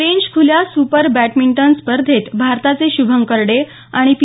French खुल्या super badminton स्पर्धेत भारताचे शुभंकर डे आणि पी